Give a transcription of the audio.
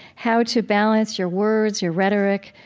how to balance your words, your rhetoric,